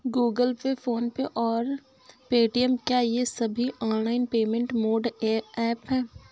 Google Pay PhonePe और Paytm क्या ये सभी ऑनलाइन पेमेंट मोड ऐप हैं?